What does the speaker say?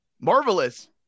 Marvelous